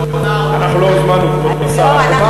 "ליאונרדו" אנחנו לא הוזמנו, כבוד השר.